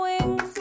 wings